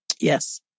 Yes